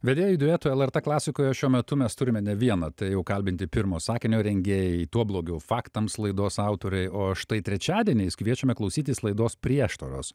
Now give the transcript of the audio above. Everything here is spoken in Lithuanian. vedėjų duetų lrt klasikoje šiuo metu mes turime ne vieną tai jau kalbinti pirmo sakinio rengėjai tuo blogiau faktams laidos autoriai o štai trečiadieniais kviečiame klausytis laidos prieštaros